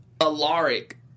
Alaric